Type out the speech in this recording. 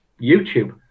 YouTube